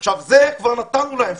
את זה כבר נתנו להם.